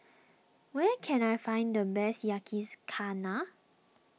where can I find the best Yakizakana